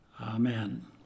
amen